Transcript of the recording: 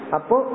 Apo